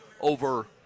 over